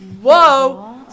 Whoa